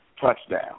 touchdown